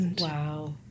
Wow